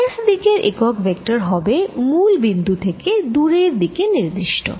S দিকের একক vector হবে মূল বিন্দু থেকে দুরের দিকে নির্দিষ্ট